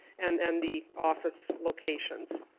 and and the office locations.